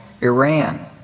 Iran